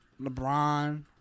LeBron